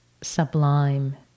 sublime